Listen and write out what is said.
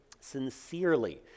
Sincerely